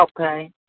Okay